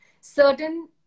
certain